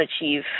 achieve